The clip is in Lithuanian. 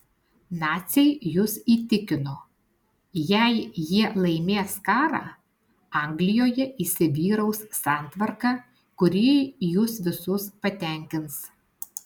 naciai jus įtikino jei jie laimės karą anglijoje įsivyraus santvarka kuri jus visus patenkins